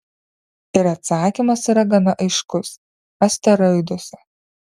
ir atsakymas yra gana aiškus asteroiduose